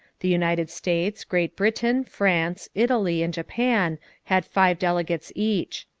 the united states, great britain, france, italy, and japan had five delegates each.